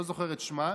לא זוכר את שמה,